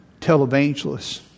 televangelists